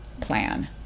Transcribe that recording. plan